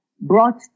brought